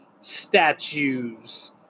statues